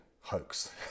hoax